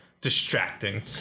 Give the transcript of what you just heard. distracting